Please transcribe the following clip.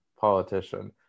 politician